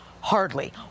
Hardly